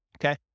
okay